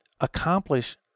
accomplish